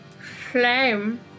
Flame